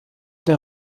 der